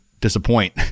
disappoint